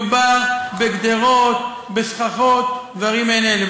מדובר בגדרות, בסככות, דברים מעין אלה.